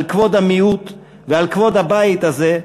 על כבוד המיעוט ועל כבוד הבית הזה,